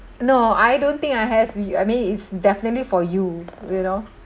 no I don't think I have we I mean it's definitely for you you know